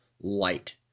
light